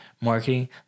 marketing